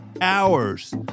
hours